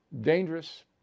dangerous